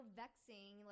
vexing